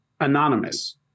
anonymous